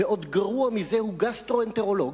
ועוד גרוע מזה, הוא גסטרואנטרולוג,